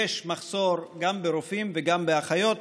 יש מחסור גם ברופאים וגם באחיות,